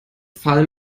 fall